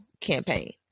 campaign